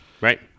Right